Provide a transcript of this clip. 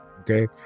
Okay